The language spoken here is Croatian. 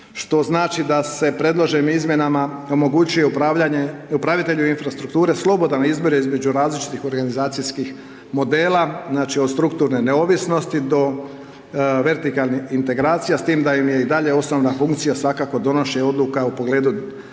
što znači da se predloženim izmjenama omogućuje upravitelju infrastrukture slobodan izbir između različitih organizacijskih modela, znači, od strukturne neovisnosti do vertikalnih integracija s tim da im je i dalje osnovna funkcija, svakako, donošenje odluka u pogledu